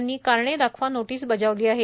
यांनी कारणे दाखवानोटीस बजावली आहे